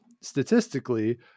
Statistically